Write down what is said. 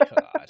God